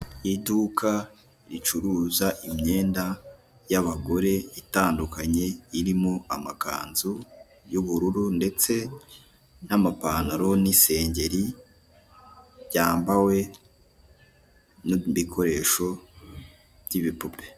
Imodoka nini iri mumuhanda itwara imizigo yiganjemo ibara risa umuhondon'umweru ikaba ifite indi ihetse inyuma isa ibara ry'umweru hakurya yayo hakaba hari ibiti birebire hakurya yabyo hakaba hari amazu menshi.